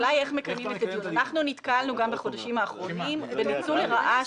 אנחנו נתקלנו גם בחודשים האחרונים בניצול לרעה